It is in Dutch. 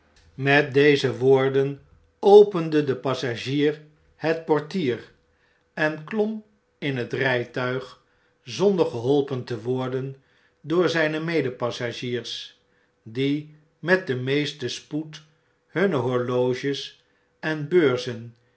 met deze woorden opende de passagier het portier en klom in het rjjtuig zonder geholpen te worden door zjjne medereizigers die met den meesten spoed hunne horloges en beurzen